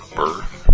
birth